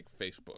Facebook